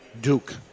Duke